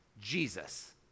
Jesus